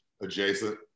adjacent